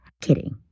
Kidding